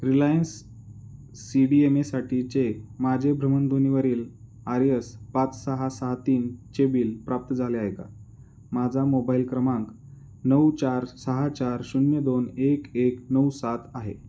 Reliance C D M एसाठीचे माझे भ्रमणध्वनीवरील आर यस पाच सहा सहा तीनचे बिल प्राप्त झाले आहे का माझा मोबाईल क्रमांक नऊ चार सहा चार शून्य दोन एक एक नऊ सात आहे